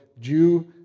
Jew